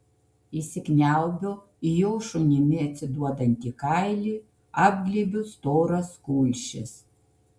įsikniaubiu į jo šunimi atsiduodantį kailį apglėbiu storas kulšis